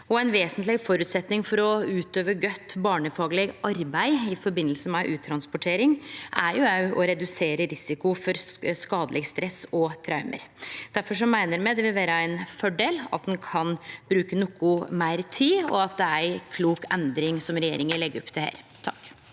Ein vesentleg føresetnad for å utøve godt barnefagleg arbeid i forbindelse med uttransportering, er òg å redusere risiko for skadeleg stress og traume. Difor meiner me det vil vere ein fordel at ein kan bruke noko meir tid, og at det er ei klok endring regjeringa legg opp til her. Mari